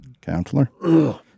Counselor